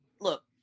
look